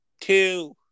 two